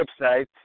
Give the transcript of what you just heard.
websites